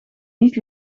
niet